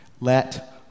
Let